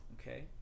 Okay